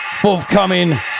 forthcoming